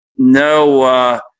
no